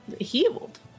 healed